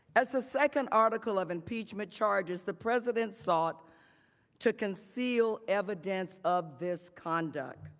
as the second article of impeachment charges, the president sought to conceal evidence of this conduct.